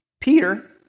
Peter